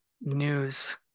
news